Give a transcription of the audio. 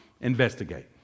investigate